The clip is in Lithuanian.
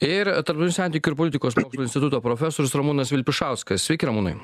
ir tarptautinių santykių ir politikos instituto profesorius ramūnas vilpišauskas sveiki ramūnai